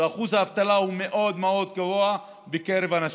ואחוז האבטלה מאוד מאוד גבוה בקרב הנשים,